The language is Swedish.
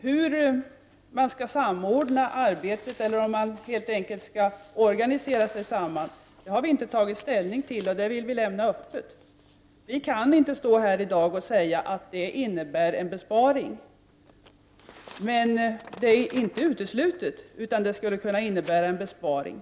Hur man skall samordna arbetet, eller om man helt enkelt skall organisera sig samman, har vi inte tagit ställning till. Det vill vi lämna öppet. Vi kan inte stå här i dag och säga att detta innebär en besparing. Men det är inte uteslutet. Det skulle kunna innebära en besparing.